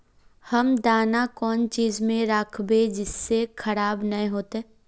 हम दाना कौन चीज में राखबे जिससे खराब नय होते?